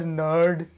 nerd